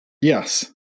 yes